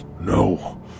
No